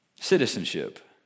citizenship